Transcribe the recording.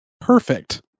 Perfect